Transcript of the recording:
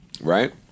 right